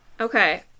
Okay